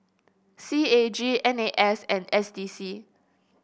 C A G N A and S D C